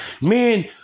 Men